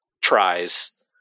tries